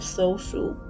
social